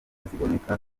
ziboneka